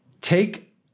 take